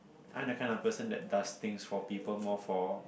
I'm the kind of person that does things for people more for